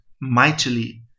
mightily